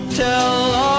tell